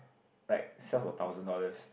like sell for a thousand dollars